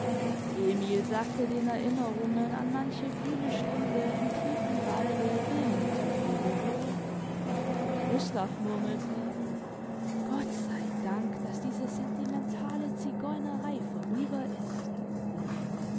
emil sagte den erinnerungen an manche grüne stunde im tiefen walde wehmüthig lebewohl gustav murmelte gott sei dank daß diese sentimentale zigeunerei vorüber ist